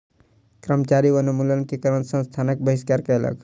कर्मचारी वनोन्मूलन के कारण संस्थानक बहिष्कार कयलक